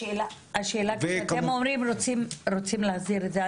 השאלה שאתם אומרים רוצים להסדיר את זה,